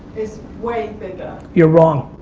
is way bigger. you're wrong.